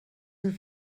were